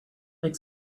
make